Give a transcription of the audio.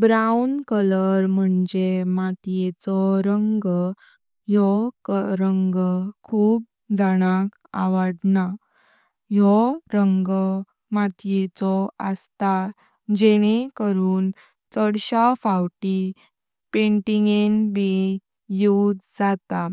Brown colour मंझे मात्येचो रंग, यो रंग खूब जानक आवडता। यो रंग मात्येचो अस्तां जेणें करून छडस्या फौटी पेंटिंगेण ब उज़े जातां।